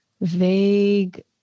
vague